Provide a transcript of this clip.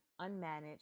unmanaged